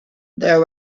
there